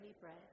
bread